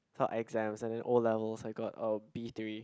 for exam and then O-levels I got oh B-three